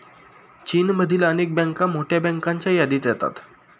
चीनमधील अनेक बँका मोठ्या बँकांच्या यादीत येतात